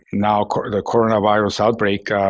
now the coronavirus outbreak,